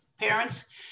parents